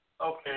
Okay